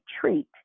treat